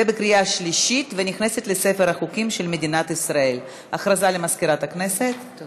40 חברי כנסת, כולל חברת הכנסת קארין אלהרר, בעד,